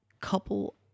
couple